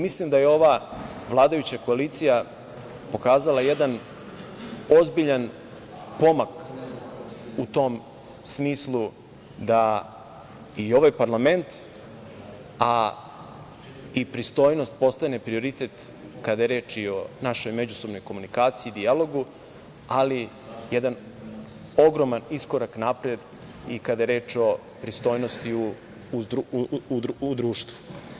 Mislim da je ova vladajuća koalicija pokazala jedan ozbiljan pomak u tom smislu da i ovaj parlament, a i pristojnost postane prioritet kada je reč i o našoj međusobnoj komunikaciji i dijalogu, ali jedan ogroman iskorak napred i kada je reč o pristojnosti u društvu.